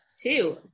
Two